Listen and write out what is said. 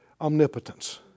Omnipotence